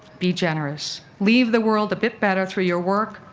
be generous. leave the world a bit better through your work,